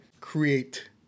create